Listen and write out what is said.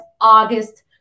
August